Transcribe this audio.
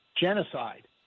genocide